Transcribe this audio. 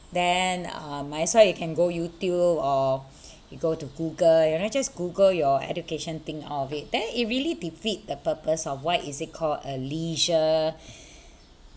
then uh might as well you can go YouTube or you go to Google you know just google your education thing out of it then it really defeat the purpose of what is it called a leisure